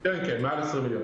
כן, כן, מעל 20 מיליון.